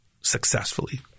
successfully